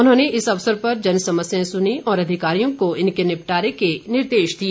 उन्होंने इस अवसर पर जन समस्याएं सुनीं और अधिकारियों को इनके निपटारे के निर्देश दिए